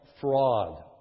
fraud